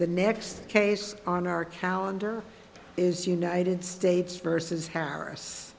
the next case on our calendar is united states versus harris